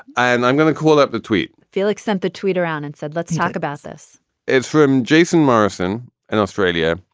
and i'm going to call up the tweet felix sent the tweet around and said, let's talk about this it's from jason morrison in australia.